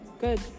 good